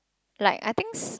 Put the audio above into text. like I think